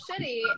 shitty